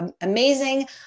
amazing